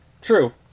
true